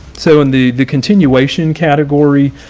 so in the the continuation category,